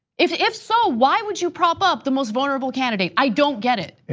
if if so, why would you prop up the most vulnerable candidate? i don't get it.